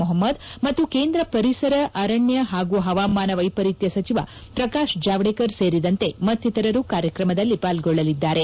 ಮೊಹಮ್ನದ್ ಮತ್ತು ಕೇಂದ್ರ ಪರಿಸರ ಅರಣ್ಣ ಹಾಗೂ ಹವಾಮಾನ ವೈಪರೀತ್ಯ ಸಚಿವ ಪ್ರಕಾಶ್ ಜಾವಡೇಕರ್ ಸೇರಿದಂತೆ ಮತ್ತಿತರರು ಕಾರ್ಯಕ್ರಮದಲ್ಲಿ ಪಾಲ್ಗೊಳ್ಳಲಿದ್ದಾರೆ